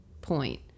point